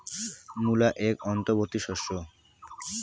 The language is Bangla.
মূলা এক অন্তবর্তী শস্য